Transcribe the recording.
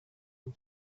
ubu